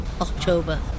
October